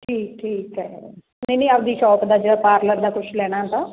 ਠੀਕ ਠੀਕ ਹੈ ਨਹੀਂ ਨਹੀਂ ਆਪਣੀ ਸ਼ੌਪ ਦਾ ਜਿਹੜਾ ਪਾਰਲਰ ਦਾ ਕੁਛ ਲੈਣਾ ਤਾਂ